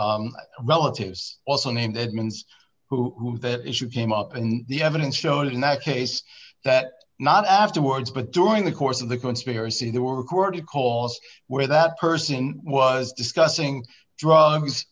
relatives also named edmonds who that issue came up and the evidence showed in that case that not afterwards but during the course of the conspiracy there were recorded calls where that person was discussing drugs